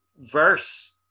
verse